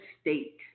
state